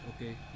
okay